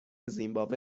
زیمباوه